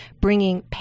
bringing